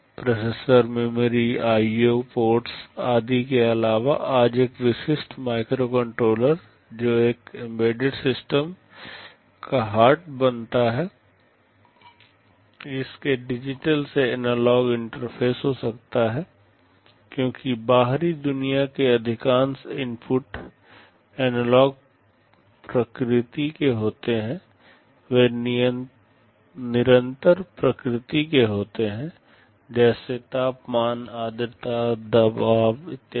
processor memory IO ports आदि के अलावा आज एक विशिष्ट माइक्रोकंट्रोलर जो एक एम्बेडेड सिस्टम का हार्ट बनाता है जिसमें डिजिटल से एनालॉग इंटरफेस हो सकता है क्योंकि बाहरी दुनिया के अधिकांश इनपुट एनालॉग प्रकृति के होते हैं वे निरंतर प्रकृति के होते हैं जैसे तापमान आर्द्रता दबाव इत्यादि